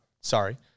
sorry